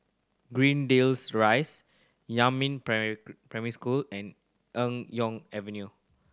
Greendale Rise Yumin Primary School and Eng Yeo Avenue